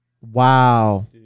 Wow